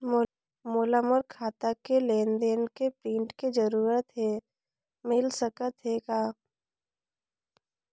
मोला मोर खाता के लेन देन के प्रिंट के जरूरत हे मिल सकत हे का?